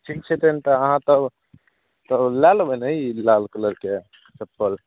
ठीक छै तऽ अहाँ तब तऽ लए लेबय ने ई लाल कलरके चप्पल